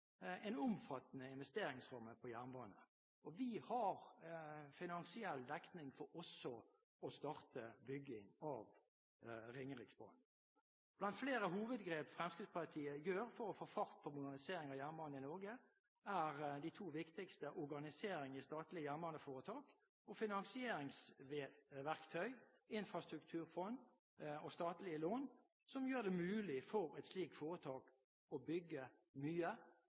en omfattende investeringsramme på jernbane. Vi har finansiell dekning for også å starte bygging av Ringeriksbanen. Blant flere hovedgrep Fremskrittspartiet gjør for å få fart på modernisering av jernbane i Norge, er de to viktigste organisering i statlig jernbaneforetak og finansieringsverktøy – infrastrukturfond og statlige lån – som gjør det mulig for et slikt foretak å bygge mye